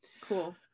Cool